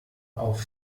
auf